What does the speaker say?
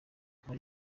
muri